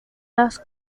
las